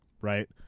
right